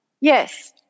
yes